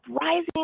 rising